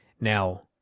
Now